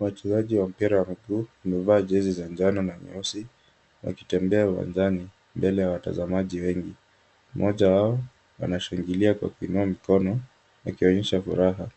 Wachezaji wa mpira wa mguu, wamevaa jezi za njano na nyeusi, na kitembea wa njani mbele ya watazamaji wengi. Mmoja wao anashingilia kwa kuinua mikono, na kionyesha furaha.